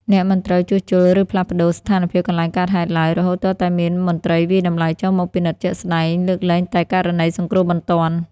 អ្នកមិនត្រូវ ជួសជុល ឬផ្លាស់ប្តូរ ស្ថានភាពកន្លែងកើតហេតុឡើយ រហូតទាល់តែមានមន្ត្រីវាយតម្លៃចុះមកពិនិត្យជាក់ស្ដែង (លើកលែងតែករណីសង្គ្រោះបន្ទាន់)។